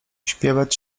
śpiewać